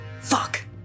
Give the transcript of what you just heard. Fuck